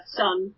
son